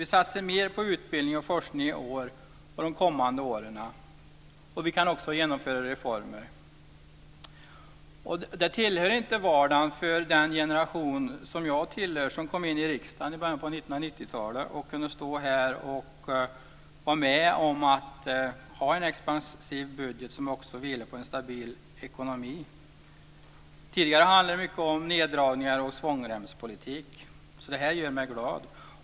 Vi satsar mer på utbildning och forskning i år och de kommande åren, och vi kan också genomföra reformer. Det tillhör inte vardagen för den generation som jag tillhör som kom in i riksdagen i början av 1990 talet att kunna stå här och vara med om att ha en expansiv budget som också vilar på en stabil ekonomi. Tidigare handlade det mycket om neddragningar och svångremspolitik, så det här gör mig glad.